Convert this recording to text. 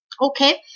Okay